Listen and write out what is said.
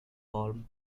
palm